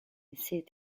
seat